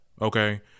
okay